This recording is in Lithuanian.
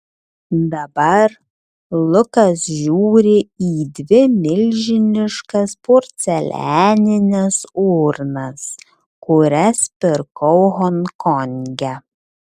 dabar lukas žiūri į dvi milžiniškas porcelianines urnas kurias pirkau honkonge